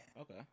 Okay